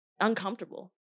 uncomfortable